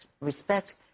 respect